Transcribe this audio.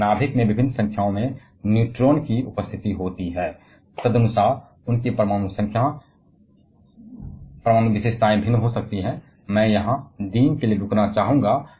और तदनुसार उनकी परमाणु विशेषताएं भिन्न हो सकती हैं मैं यहां दिन के लिए रुकना चाहूंगा